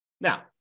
Now